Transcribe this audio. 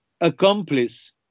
accomplice